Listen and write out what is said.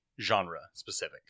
genre-specific